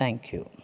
thank you